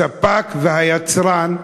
הספק והיצרן,